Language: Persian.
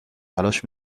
تلاش